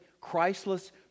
Christless